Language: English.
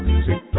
Music